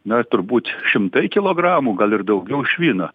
na turbūt šimtai kilogramų gal ir daugiau švino